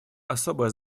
особое